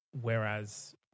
whereas